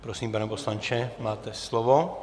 Prosím, pane poslanče, máte slovo.